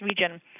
region